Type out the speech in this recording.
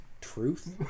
truth